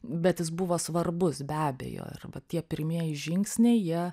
bet jis buvo svarbus be abejo ir va tie pirmieji žingsniai jie